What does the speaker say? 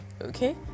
Okay